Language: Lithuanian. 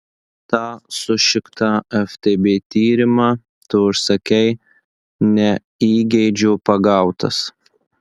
tą sušiktą ftb tyrimą tu užsakei ne įgeidžio pagautas